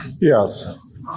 Yes